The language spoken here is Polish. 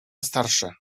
starsza